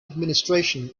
administration